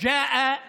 בשפה הערבית,